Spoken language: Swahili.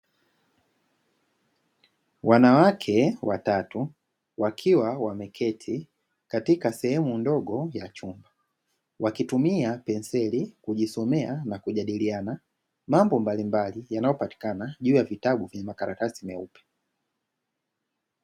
Wanawake watatu wakiwa wameketi katika sehemu ndogo ya chumba, wakitumia penseli kujisomea na kujadiliana mambo mbalimbali yanayopatikana juu ya vitabu meupe na makaratasi myeupe.